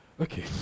Okay